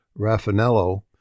Raffanello